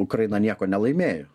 ukraina nieko nelaimėjo